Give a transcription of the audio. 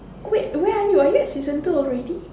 wait where are you are you at season two already